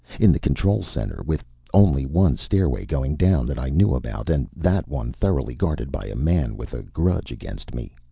in the control center, with only one stairway going down that i knew about, and that one thoroughly guarded by a man with a grudge against me.